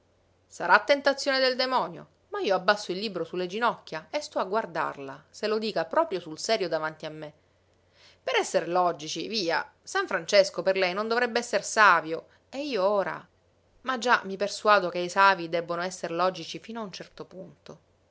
sarà tentazione del demonio ma io abbasso il libro sulle ginocchia e sto a guardarla se lo dica proprio sul serio davanti a me per esser logici via san francesco per lei non dovrebbe esser savio o io ora ma già mi persuado che i savii debbono esser logici fino a un certo punto